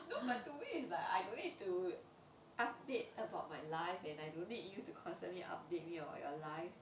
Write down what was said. no but to me it's like I don't need to update about my life and I don't need you to constantly update me about your life